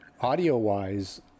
audio-wise